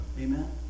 Amen